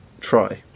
try